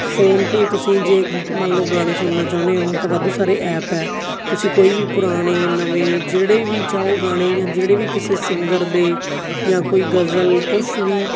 phone 'ਤੇ ਹੀ ਤੁਸੀਂ ਜੇ ਮੰਨ ਲਓ ਗਾਣੇ ਸੁਣਨਾ ਚਾਹੁੰਦੇ ਹੋ ਤਾਂ ਵਾਧੂ ਸਾਰੇ ਐਪ ਆ ਤੁਸੀਂ ਕੋਈ ਵੀ ਪੁਰਾਣੇ ਨਵੇਂ ਜਿਹੜੇ ਵੀ ਚਾਹੋ ਉਹ ਗਾਣੇ ਜਾਂ ਜਿਹੜੇ ਵੀ ਕਿਸੇ ਸਿੰਗਰ ਦੇ ਜਾਂ ਕੋਈ ਗਜ਼ਲ ਕੁਛ ਵੀ